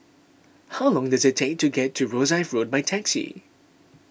how long does it take to get to Rosyth Road by taxi